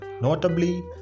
Notably